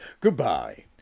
Goodbye